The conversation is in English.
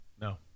no